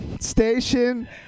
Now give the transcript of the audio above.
station